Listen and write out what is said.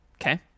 Okay